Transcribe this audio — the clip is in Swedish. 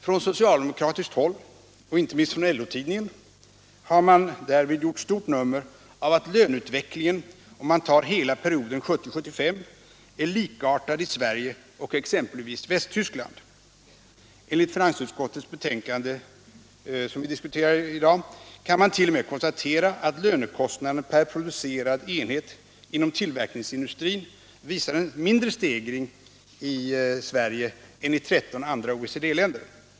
Från socialdemokratiskt håll — och icke minst från LO-tidningen — har man gjort stort nummer av att löneutvecklingen, om man tar hela perioden 1970-1975, är likartad i Sverige och exempelvis Västtyskland. Enligt finansutskottets betänkande nr 10 kan mant.o.m. konstatera att lönekostnaden per producerad enhet inom tillverkningsindustrin visar en mindre stegring i Sverige än i 13 andra OECD-länder.